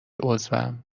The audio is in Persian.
عضوم